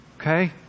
Okay